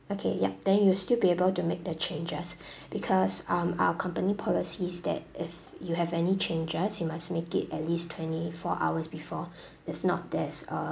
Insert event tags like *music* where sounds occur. okay yup then you'll still be able to make the changes *breath* because um our company policy is that if you have any changes you must make it at least twenty four hours before *breath* if not there's a